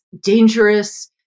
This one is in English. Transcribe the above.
dangerous